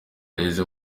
yageze